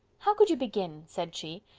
how could you begin? said she.